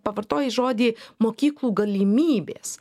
pavartojai žodį mokyklų galimybės